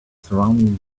surrounding